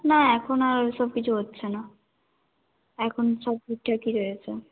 না এখন আর ওই সব কিছু হচ্ছে না এখন সব ঠিকঠাকই রয়েছে